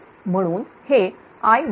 म्हणून हे Id2Iq2